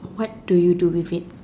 what do you do with it